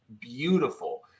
beautiful